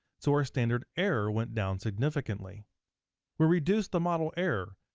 so our standard error went down significantly we reduced the model error.